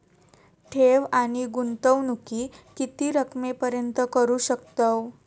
ठेव आणि गुंतवणूकी किती रकमेपर्यंत करू शकतव?